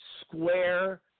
square